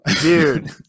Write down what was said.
Dude